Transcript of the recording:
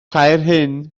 caerhun